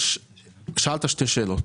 שאלת שתי שאלות.